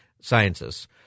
scientists